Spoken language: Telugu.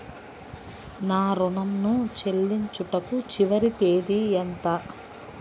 నా ఋణం ను చెల్లించుటకు చివరి తేదీ ఎంత?